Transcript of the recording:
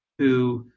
who,